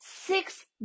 six